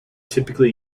typically